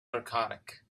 narcotic